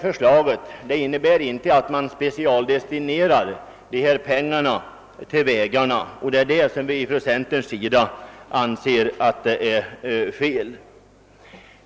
Förslaget innebär inte att man specialdestinerar pengarna till vägarna, och det är det som vi från centerns sida anser fel.